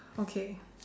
okay